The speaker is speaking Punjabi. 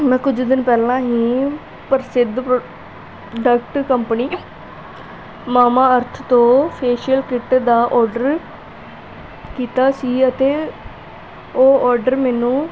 ਮੈਂ ਕੁਝ ਦਿਨ ਪਹਿਲਾਂ ਹੀ ਪ੍ਰਸਿੱਧ ਪ੍ਰੋਡਕਟ ਕੰਪਨੀ ਮਾਮਾਅਰਥ ਤੋਂ ਫੇਸ਼ੀਅਲ ਕਿੱਟ ਦਾ ਔਡਰ ਕੀਤਾ ਸੀ ਅਤੇ ਉਹ ਔਡਰ ਮੈਨੂੰ